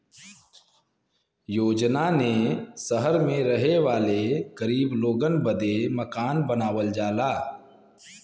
योजना ने सहर मे रहे वाले गरीब लोगन बदे मकान बनावल जाला